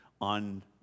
on